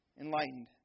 enlightened